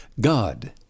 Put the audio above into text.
God